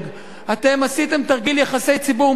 אתם עשיתם תרגיל יחסי ציבור מושלם.